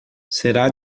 será